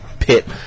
Pit